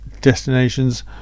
destinations